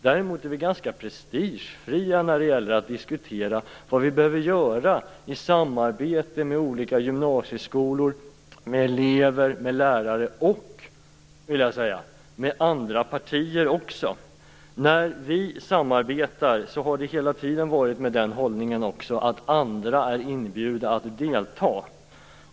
Däremot är vi ganska prestigelösa när det gäller att diskutera vad som behöver göras i samarbete med olika gymnasieskolor, elever, lärare och - det vill jag säga - andra partier. När vi samarbetar har vi alltid haft den inställningen att andra är inbjudna att delta.